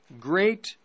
great